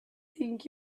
think